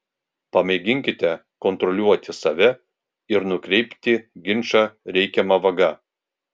pamėginkite kontroliuoti save ir nukreipti ginčą reikiama vaga